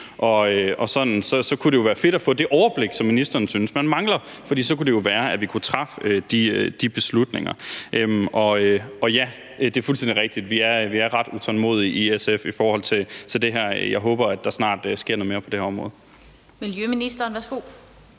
kunne det være fedt at få det overblik, som ministeren synes man mangler, for så kunne det jo være, at vi kunne træffe de beslutninger. Og ja, det er fuldstændig rigtigt, vi er ret utålmodige i SF i forhold til det her, så jeg håber, der snart sker noget mere på det her område. Kl. 16:16 Den fg.